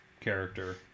character